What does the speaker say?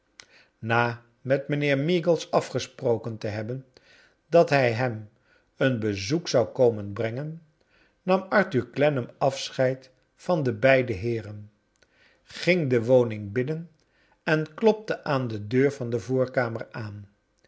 na met mijnheer meagles afgesproken te hebben dat hij hem een bezoek zou komen brengen nam arthur clennam afscheid van de beide heeren ging de woning binncn en klopte aan de deur van de voorkamer aan